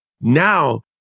now